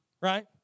right